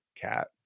cat